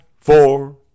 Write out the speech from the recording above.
four